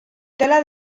tela